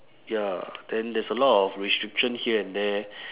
ya then there's a lot of restriction here and there